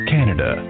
Canada